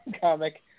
comic